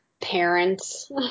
Parents